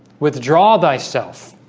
withdraw thyself